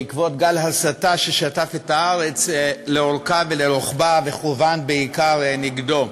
בעקבות גל הסתה ששטף את הארץ לאורכה ולרוחבה וכוון בעיקר נגדו.